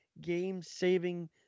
game-saving